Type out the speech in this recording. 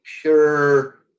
pure